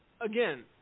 Again